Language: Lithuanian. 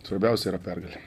svarbiausia yra pergalė